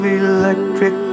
electric